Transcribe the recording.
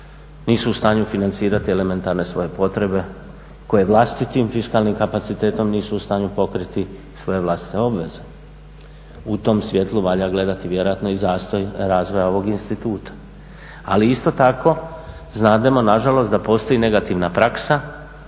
nisu u stanju financirati elementarne svoje potrebe koje vlastitim fiskalnim kapacitetom nisu u stanju pokriti svoje vlastite obveze. U tom svijetlu valja gledati vjerojatno i zastoj razvoja ovoga instituta. Ali isto tako znademo nažalost da postoji negativna praksa